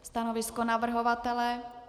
Stanovisko navrhovatele?